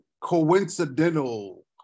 Coincidental